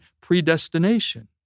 predestination